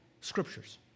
scriptures